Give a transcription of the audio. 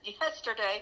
yesterday